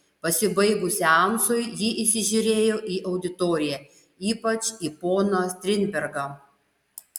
pasibaigus seansui ji įsižiūrėjo į auditoriją ypač į poną strindbergą